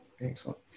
excellent